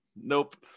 Nope